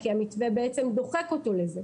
כי המתווה דוחק אותו לזה.